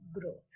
growth